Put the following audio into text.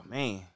Man